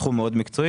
תחום מאוד מקצועי,